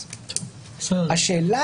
בחירות זה גם ברור לי אבל השאלה